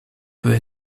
peut